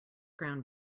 ground